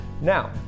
now